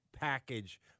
package